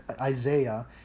Isaiah